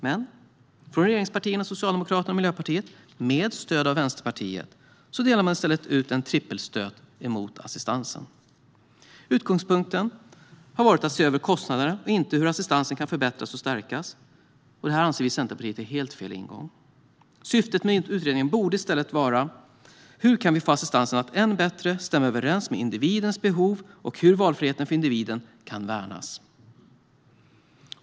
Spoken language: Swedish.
Men regeringspartierna Socialdemokraterna och Miljöpartiet gör i stället, med stöd av Vänsterpartiet, en trippelstöt mot assistansen. Utgångspunkten har varit att se över kostnaderna och inte hur assistansen kan förbättras och stärkas. Det här anser vi i Centerpartiet är helt fel ingång. Syftet med utredningen borde i stället vara att undersöka hur vi kan få assistansen att än bättre stämma överens med individens behov och hur valfriheten för individen kan värnas.